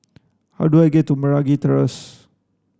how do I get to Meragi Terrace